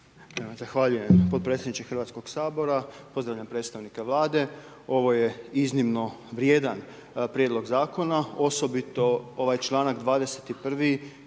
Zahvaljujem, potpredsjedniče Hrvatskog sabora. Pozdravljam predstavnike Vlade. Ovo je iznimno vrijedan prijedlog zakona, osobito ovaj članak 21.